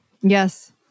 Yes